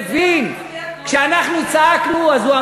ובגלל זה הוא הצביע כמו שהוא הצביע בבחירות האחרונות.